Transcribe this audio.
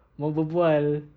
mahu berbual